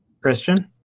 Christian